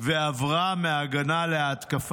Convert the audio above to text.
גם בראיונות לתקשורת: